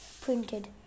printed